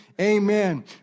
amen